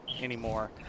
anymore